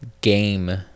game